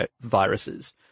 viruses